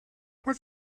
but